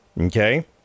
okay